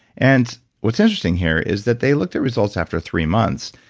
and what's interesting here is that they looked at results after three months.